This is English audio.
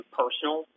personal